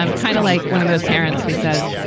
um kind of like one of those parents who says,